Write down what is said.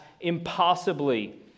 impossibly